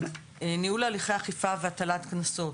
ניהול הליכי אכיפה והטלת קנסות.